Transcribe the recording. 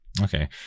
Okay